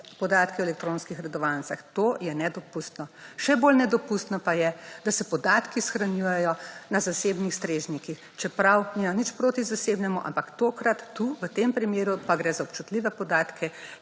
o elektronskih redovalnicah, to je nedopustno. Še bolj nedopustno pa je, da se podatki shranjujejo na zasebnih strežnikih, čeprav nimam nič proti zasebnemu, ampak tokrat tu v tem primeru pa gre za občutljive podatek